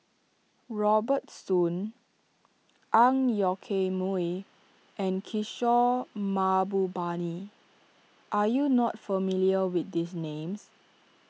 Robert Soon Ang Yoke Mooi and Kishore Mahbubani are you not familiar with these names